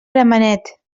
gramenet